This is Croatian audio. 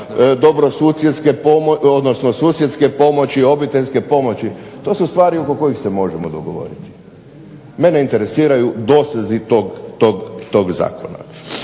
o rastezljivim pojmovima dobrosusjedske pomoći, obiteljske pomoći. To su stvari oko kojih se možemo govoriti. Mene interesiraju dosezi tog zakona.